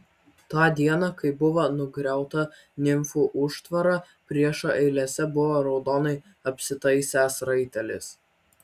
tą dieną kai buvo nugriauta nimfų užtvara priešo eilėse buvo raudonai apsitaisęs raitelis